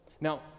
now